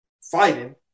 fighting